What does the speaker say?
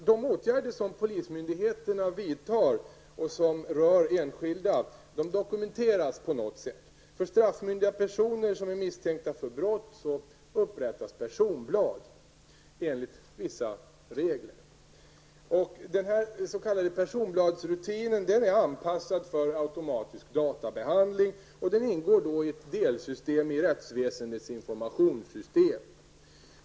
Alla åtgärder som polismyndigheterna vidtar som rör enskilda dokumenteras på något sätt. För straffmyndiga personer som är misstänkta för brott upprättas personblad enligt vissa regler. Den s.k. personbladsrutinen är anpassad till automatisk databehandling och ingår som en del i rättsväsendets informationssystem.